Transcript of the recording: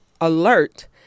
alert